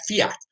fiat